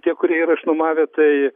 tie kurie yra išnuomavę tai